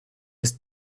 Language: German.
ist